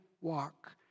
walk